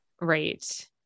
right